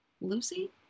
Lucy